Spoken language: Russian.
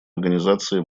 организации